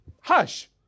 Hush